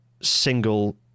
single